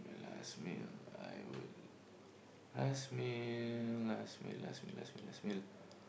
um my last meal I would last meal last meal last meal last meal last meal